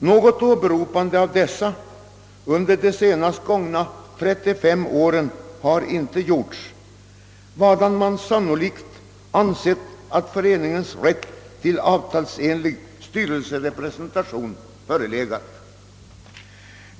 Något åberopande av desamma har under de sista 35 åren inte gjorts, varför det förefaller sannolikt att man ansett att Lantmannaskoleföreningen haft rätt till avtalsenlig styrelserepresentation.